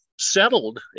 settled